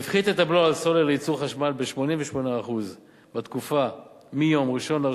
והפחית את הבלו על סולר לייצור חשמל ב-88% בתקופה מיום 1 בינואר